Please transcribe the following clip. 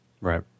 Right